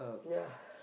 ya